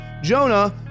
jonah